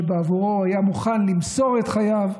שבעבורו הוא היה מוכן למסור את חייו,